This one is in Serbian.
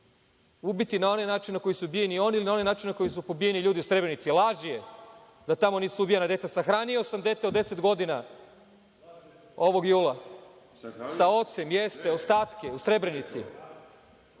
ubiti na onaj način na koji su ubijeni oni ili na onaj način na koji su pobijeni ljudi u Srebrnici? Laž je da tamo nisu ubijana deca. Sahranio sam dete od 10 godina, ovog jula, sa ocem.(Vojislav Šešelj,